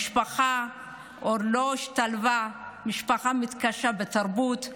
המשפחה עוד לא השתלבה, המשפחה מתקשה בתרבות,